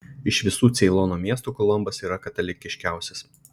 iš visų ceilono miestų kolombas yra katalikiškiausias